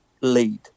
lead